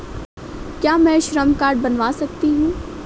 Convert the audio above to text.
क्या मैं श्रम कार्ड बनवा सकती हूँ?